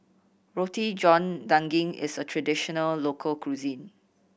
Roti John Daging is a traditional local cuisine